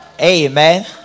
amen